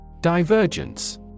Divergence